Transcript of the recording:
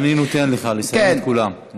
אני נותן לך לסיים להודות לכולם.